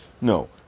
no